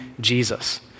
Jesus